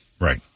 Right